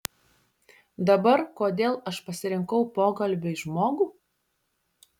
dabar kodėl aš pasirinkau pokalbiui žmogų